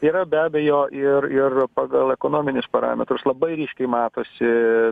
yra be abejo ir ir pagal ekonominius parametrus labai ryškiai matosi